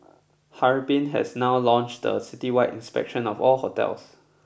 Harbin has now launched a citywide inspection of all hotels